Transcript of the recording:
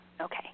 Okay